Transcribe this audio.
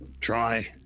try